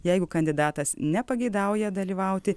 jeigu kandidatas nepageidauja dalyvauti